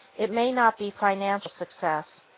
it may not be financial success,